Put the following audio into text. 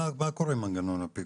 מה קורה עם מנגנון הפיקוח?